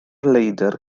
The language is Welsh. leidr